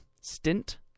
stint